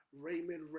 Raymond